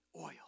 Oil